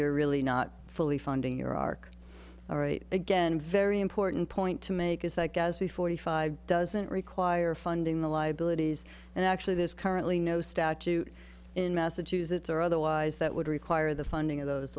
you're really not fully funding your arc all right again very important point to make is that as we forty five doesn't require funding the liabilities and actually this currently no statute in massachusetts or otherwise that would require the funding of those